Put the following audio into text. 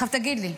עכשיו, תגיד לי,